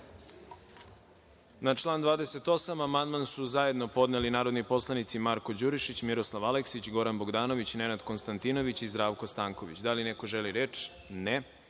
Na član 28. amandman su zajedno podneli narodni poslanici Marko Đurišić, Miroslav Aleksić, Goran Bogdanović, Nenad Konstantinović i Zdravko Stanković. Vlada i Odbor za